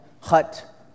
hut